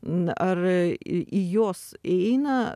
na ar į į juos įeina